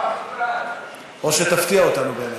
או שתפתיע אותנו באמת.